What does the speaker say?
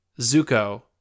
Zuko